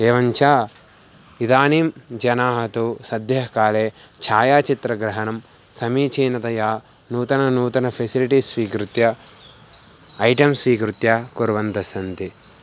एवञ्च इदानीं जनाः तु सद्यः काले छायाचित्रग्रहणं समीचीनतया नूतनं नूतनं फ़ेसिलिटीस् स्वीकृत्य ऐटं स्वीकृत्य कुर्वन्तः सन्ति